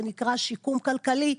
זה נקרא שיקום כלכלי.